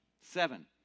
seven